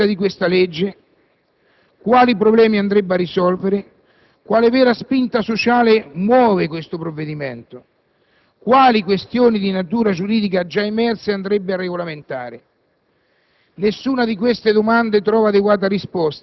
Mi domando: c'è una vera esigenza di questa legge? Quali problemi andrebbe a risolvere? Quale vera spinta sociale muove questo provvedimento? Quali questioni di natura giuridica già emerse andrebbe a regolamentare?